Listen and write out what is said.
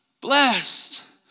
blessed